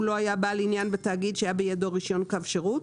הוא לא היה בעל עניין בתאגיד שהיה בידו רישיון קו שירות,